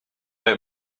out